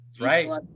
Right